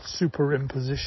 superimposition